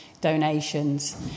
donations